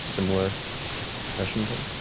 similar depression plate,